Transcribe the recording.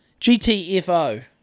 GTFO